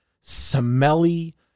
smelly